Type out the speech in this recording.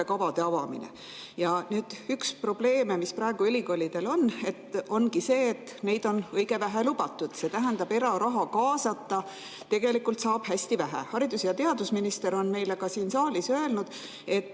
õppekavade avamine. Ja nüüd üks probleeme, mis praegu ülikoolidel on, ongi see, et neid on õige vähe lubatud, see tähendab, et eraraha kaasata saab tegelikult hästi vähe. Haridus‑ ja teadusminister on meile ka siin saalis öelnud, et